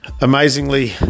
amazingly